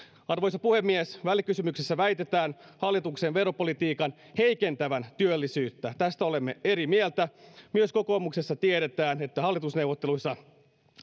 arvoisa puhemies välikysymyksessä väitetään hallituksen veropolitiikan heikentävän työllisyyttä tästä olemme eri mieltä myös kokoomuksessa tiedetään että hallitusneuvotteluissa